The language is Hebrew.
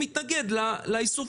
מתנגד לאיסוף